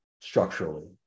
structurally